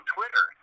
Twitter